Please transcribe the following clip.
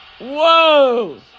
Whoa